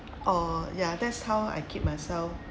oh ya that's how I keep myself